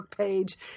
page